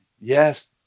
yes